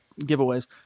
giveaways